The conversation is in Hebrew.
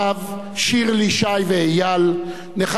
שי ואיל ונכדיו עופר,